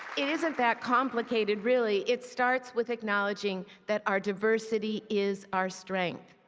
it isn't that complicated, really. it starts with acknowledging that our diversity is our strength.